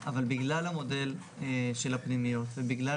הראייה